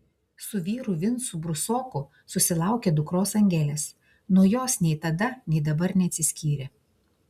su vyru vincu brusoku susilaukė dukros angelės nuo jos nei tada nei dabar neatsiskyrė